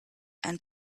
and